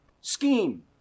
scheme